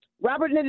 Robert